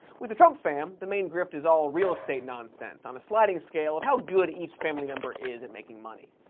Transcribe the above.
with the trump fam, the main grift is all real estate nonsense on a sliding scale of how good each family member is at making money.